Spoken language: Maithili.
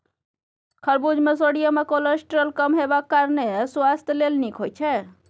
खरबुज मे सोडियम आ कोलेस्ट्रॉल कम हेबाक कारणेँ सुआस्थ लेल नीक होइ छै